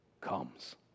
comes